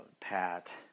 Pat